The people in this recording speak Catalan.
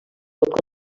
pot